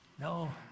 No